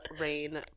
rain